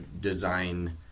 design